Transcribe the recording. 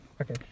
Okay